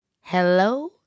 Hello